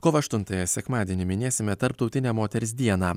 kovo aštuntąją sekmadienį minėsime tarptautinę moters dieną